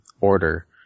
order